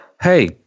hey